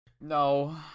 no